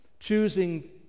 Choosing